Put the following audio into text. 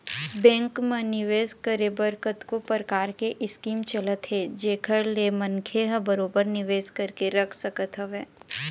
bank म निवेस करे बर कतको परकार के स्कीम चलत हे जेखर ले मनखे ह बरोबर निवेश करके रख सकत हवय